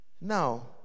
Now